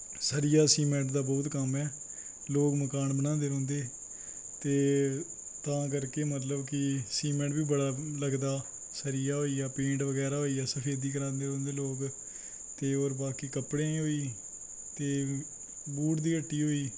सरिया सीमेंट दा बहुत कम्म ऐ लोक मकान बनांदे रौंह्दे ते तां कर के मतलब कि सीमेंट बी बड़ा लगदा सरिया होई गेआ पेंट बगैरा होई गेआ सफेदी करांदे रौंह्दे लोक ते होर बाकी कपड़े होई गे ते बूट दी हट्टी होई